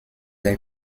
der